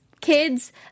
kids